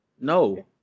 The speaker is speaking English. No